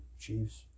Chiefs